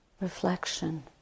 reflection